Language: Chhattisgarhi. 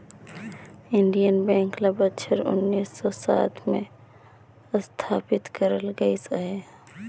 इंडियन बेंक ल बछर उन्नीस सव सात में असथापित करल गइस अहे